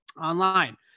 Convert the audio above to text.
online